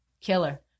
Killer